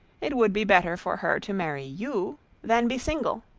it would be better for her to marry you than be single.